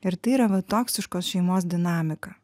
ir tai yra va toksiškos šeimos dinamika